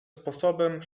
sposobem